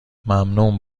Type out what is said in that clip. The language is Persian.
ممنون